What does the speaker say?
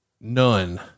None